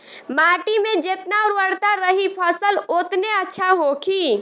माटी में जेतना उर्वरता रही फसल ओतने अच्छा होखी